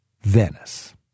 Venice